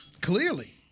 clearly